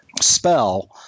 spell